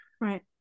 Right